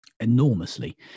enormously